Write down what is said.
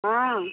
हॅं